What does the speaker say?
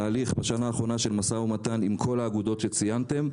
תהליך של משא ומתן עם כל האגודות שציינתם,